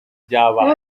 byabaye